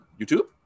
YouTube